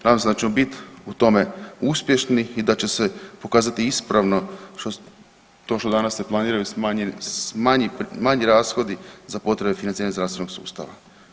Nadam se da ćemo biti u tome uspješni i da će se pokazati ispravno to što danas se planiraju manji rashodi za potrebe financiranja zdravstvenog sustava.